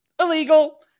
illegal